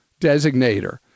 designator